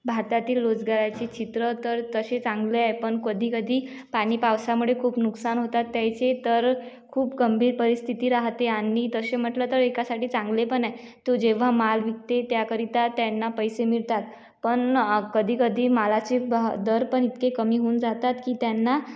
भारतातील रोजगाराचे चित्र तर तसे चांगले आहे पण कधीकधी पाणी पावसामुळे खूप नुकसान होतात त्याचे तर खूप गंभीर परिस्थिती राहते आणि तसे म्हटलं तर एकासाठी चांगले पण आहे तो जेव्हा माल विकते त्याकरिता त्यांना पैसे मिळतात पण कधीकधी मालाचे दर पण इतके कमी होऊन जातात की त्यांना